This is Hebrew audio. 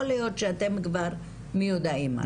יכול להיות שאתם כבר מיודעים עליו.